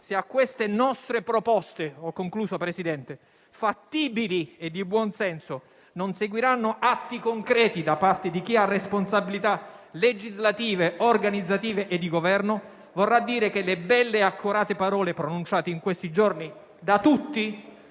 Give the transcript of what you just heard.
Se a queste nostre proposte, fattibili e di buon senso, non seguiranno atti concreti da parte di chi ha responsabilità legislative, organizzative e di governo, vorrà dire che le belle e accorate parole pronunciate in questi giorni da tutti